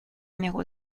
numéro